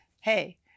hey